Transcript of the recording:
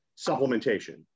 supplementation